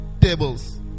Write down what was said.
tables